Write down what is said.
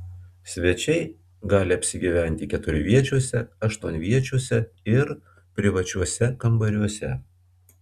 svečiai gali apsigyventi keturviečiuose aštuonviečiuose ir privačiuose kambariuose